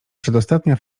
przedostatnia